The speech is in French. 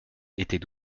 étaient